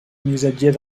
missatger